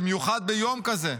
במיוחד ביום כזה,